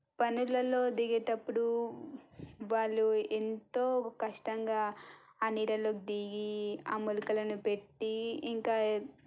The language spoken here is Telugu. పనులల్లో దిగేటప్పుడు వాళ్ళు ఎంతో కష్టంగా ఆ నీళ్ళలో దిగి ఆ మొలకలను పెట్టి ఇంకా